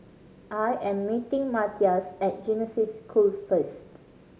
I am meeting Matias at Genesis School first